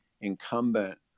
incumbent